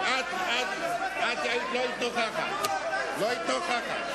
אתם יודעים היטב שאנחנו,